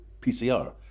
PCR